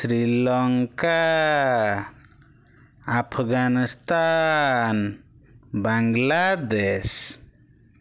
Sri Lanka Afghanistan Bangladesh